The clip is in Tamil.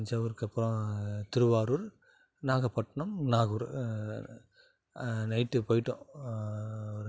தஞ்சாவூருக்கு அப்புறம் திருவாரூர் நாகப்பட்டினம் நாகூர் நைட்டு போயிட்டோம் ஒரு